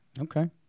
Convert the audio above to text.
Okay